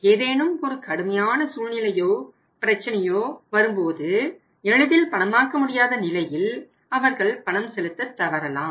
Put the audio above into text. ஏதேனும் ஒரு கடுமையான சூழ்நிலையோ பிரச்சனையோ வரும்போது எளிதில் பணமாக்க முடியாத நிலையில் அவர்கள் பணம் செலுத்த தவறலாம்